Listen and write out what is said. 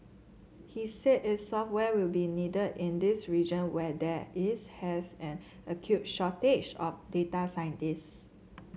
he said its software will be needed in this region where there is has an acute shortage of data scientist